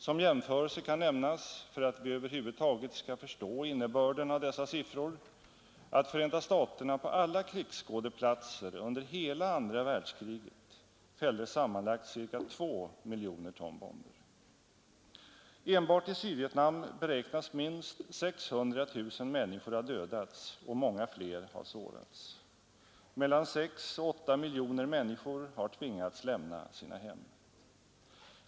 Som jämförelse kan nämnas, för att vi över huvud taget skall förstå innebörden av dessa siffror, att Förenta staterna på alla krigsskådeplatser under hela andra världskriget fällde sammanlagt ca 2 miljoner ton bomber. Enbart i Sydvietnam beräknas minst 600 000 människor ha dödats och många fler ha sårats. Mellan 6 och 8 miljoner människor har tvingats lämna sina hem.